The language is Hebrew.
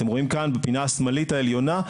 אתם רואים כאן בפינה השמאלית העליונה,